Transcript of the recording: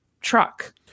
truck